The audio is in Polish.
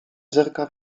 zerka